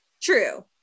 True